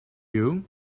you